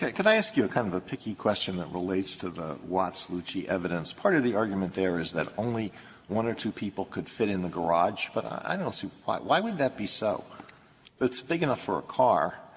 could i ask you a kind of a picky question that relates to the watts luchie evidence. part of the argument there is that only one or two people could fit in the garage, but i don't see why why would that be so? if it's big enough for a car,